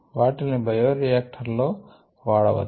వాటిల్ని బయోరియాక్టర్ లో వాడవచ్చు